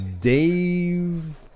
Dave